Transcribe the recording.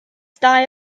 dau